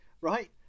right